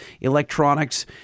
electronics